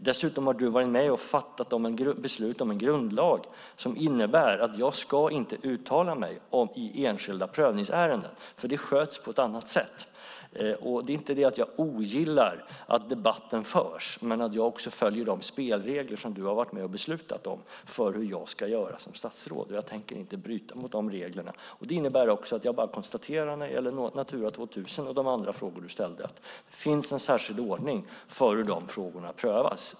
Dessutom har du varit med och fattat beslut om en grundlag som innebär att jag inte ska uttala mig i enskilda prövningsärenden. Det sköts på ett annat sätt. Det är inte så att jag ogillar att debatten förs, men jag följer de spelregler som du har varit med och beslutat om för vad jag ska göra som statsråd. Jag tänker inte bryta mot de reglerna. När det gäller Natura 2000 och de andra frågor du ställde konstaterar jag att det finns en särskild ordning för hur de prövas.